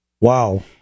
Wow